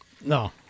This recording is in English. No